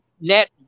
net